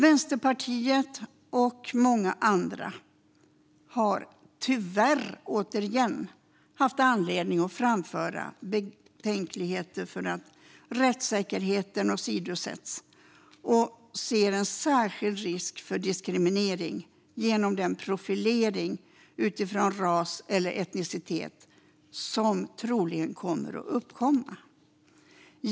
Vänsterpartiet och många andra har - tyvärr återigen - haft anledning att framföra betänkligheter för att rättssäkerheten åsidosätts och ser särskilt en risk för diskriminering genom den profilering utifrån ras eller etnicitet som troligen kommer att uppkomma.